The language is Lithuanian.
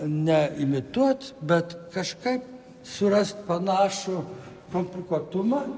ne imituot bet kažkaip surast panašų komplikuotumą